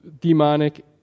demonic